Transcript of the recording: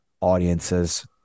audiences